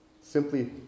simply